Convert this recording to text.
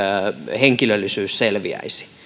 henkilöllisyys selviäisi